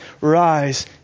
rise